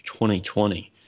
2020